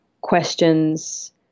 questions